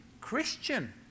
Christian